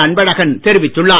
அன்பழகன் தெரிவித்துள்ளார்